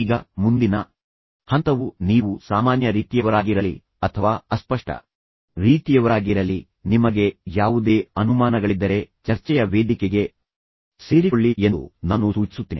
ಈಗ ಮುಂದಿನ ಹಂತವು ನೀವು ಸಾಮಾನ್ಯ ರೀತಿಯವರಾಗಿರಲಿ ಅಥವಾ ಅಸ್ಪಷ್ಟ ರೀತಿಯವರಾಗಿರಲಿ ನಿಮಗೆ ಯಾವುದೇ ಅನುಮಾನಗಳಿದ್ದರೆ ಚರ್ಚೆಯ ವೇದಿಕೆಗೆ ಸೇರಿಕೊಳ್ಳಿ ಎಂದು ನಾನು ಸೂಚಿಸುತ್ತೇನೆ